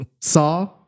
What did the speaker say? Saw